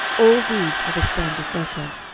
all these are the sons of becher.